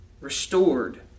restored